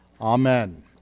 Amen